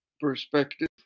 perspective